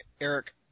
Eric